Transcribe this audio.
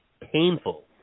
Painful